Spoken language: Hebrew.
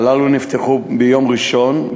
הללו נפתחו ביום ראשון,